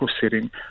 setting